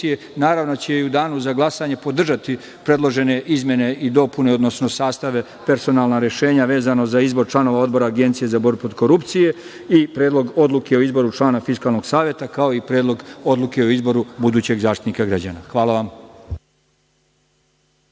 naravno, i u danu za glasanje će podržati predložene izmene i dopune, odnosno sastave, personalna rešenja vezana za izbor članova Odbora Agencije za borbu protiv korupcije i Predlog odluke o izboru člana Fiskalnog saveta, kao i Predlog odluke o izboru budućeg Zaštitnika građana. Hvala.